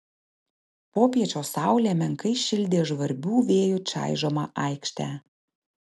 popiečio saulė menkai šildė žvarbių vėjų čaižomą aikštę